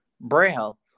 braille